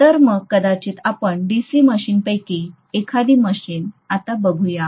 तर मग कदाचित आपण DC मशिनपैकी एखादी मशीन आता बघूया